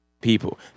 people